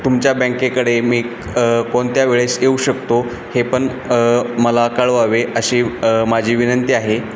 तुमच्या बँकेकडे मी कोणत्या वेळेस येऊ शकतो हे पण मला कळवावे अशी माझी विनंती आहे